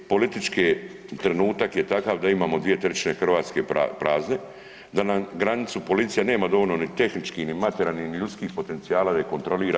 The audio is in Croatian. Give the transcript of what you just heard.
Politički trenutak je takav da imamo 2/3 Hrvatske prazne, da nam granicu policija nema dovoljno ni tehničkih, ni materijalnih, ni ljudskih potencijala da ih kontrolira.